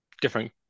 Different